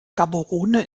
gaborone